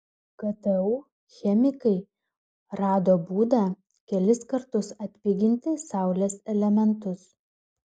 ktu chemikai rado būdą kelis kartus atpiginti saulės elementus